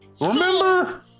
Remember